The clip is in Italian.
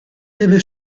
deve